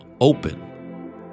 open